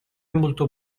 molto